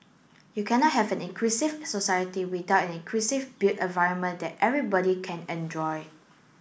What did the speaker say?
you cannot have an inclusive society without an inclusive built environment that everybody can enjoy